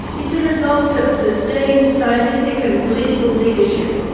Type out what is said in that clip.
it is a result of sustained scientific and political leadership,